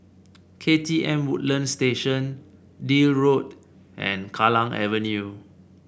K T M Woodlands Station Deal Road and Kallang Avenue